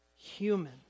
human